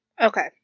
Okay